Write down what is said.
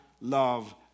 love